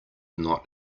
not